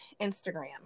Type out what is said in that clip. Instagram